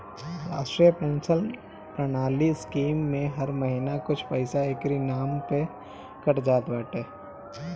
राष्ट्रीय पेंशन प्रणाली स्कीम में हर महिना कुछ पईसा एकरी नाम पअ कट जात बाटे